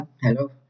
hello